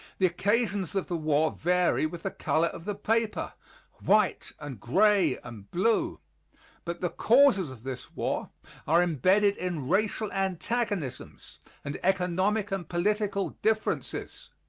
the occasions of the war vary, with the color of the paper white and gray and blue but the causes of this war are embedded in racial antagonisms and economic and political differences.